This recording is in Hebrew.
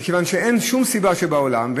מכיוון שאין שום סיבה בעולם,